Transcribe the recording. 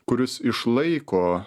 kuris išlaiko